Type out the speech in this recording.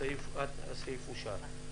הצבעה בעד 3 נגד אין נמנעים אין הסעיף אושר.